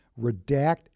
redact